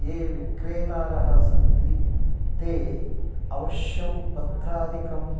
ये विक्रेतारः सन्ति ते अवश्यं पत्रादिकं